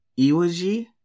Iwaji